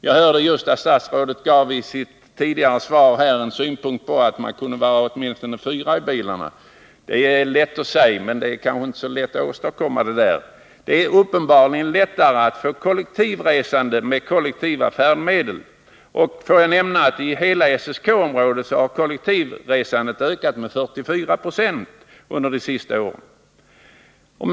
Jag hörde just att statsrådet i ett av sina tidigare svar hade synpunkten att man åtminstone borde vara fyra i bilarna. Det är lätt att säga, men kanske inte så lätt att åstadkomma. Det är uppenbarligen lättare att få kollektivresande med kollektivfärdmedel. Och jag kan nämna att kollektivresandet i hela SSK-området under 1979 har ökat med 44 96.